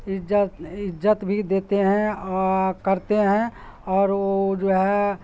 عزت عزت بھی دیتے ہیں کرتے ہیں اور وہ جو ہے